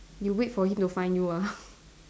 you wait for him to find you ah